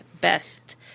best